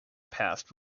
passed